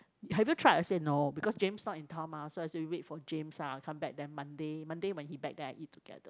have you tried I said no because James not in town mah so I said we wait for James ah come back then Monday Monday when he back then I eat together